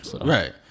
Right